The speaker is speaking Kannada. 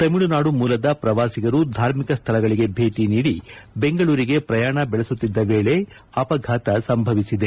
ತಮಿಳುನಾಡು ಮೂಲದ ಪ್ರವಾಸಿಗರು ಧಾರ್ಮಿಕ ಸ್ಥಳಗಳಿಗೆ ಭೇಟಿ ನೀಡಿ ಬೆಂಗಳೂರಿಗೆ ಪ್ರಯಾಣ ಬೆಳೆಸುತ್ತಿದ್ದ ವೇಳೆ ಅಪಘಾತ ಸಂಭವಿಸಿದೆ